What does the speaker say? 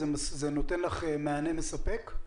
זה נותן לך מענק מספק?